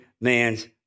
man's